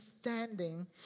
standing